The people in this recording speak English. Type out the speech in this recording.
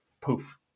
poof